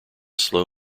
slow